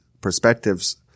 perspectives